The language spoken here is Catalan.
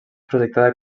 projectada